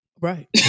Right